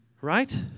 Right